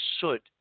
soot